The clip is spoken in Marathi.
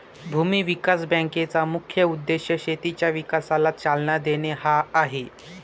भूमी विकास बँकेचा मुख्य उद्देश शेतीच्या विकासाला चालना देणे हा आहे